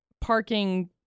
parking